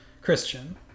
Christian